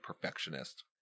perfectionist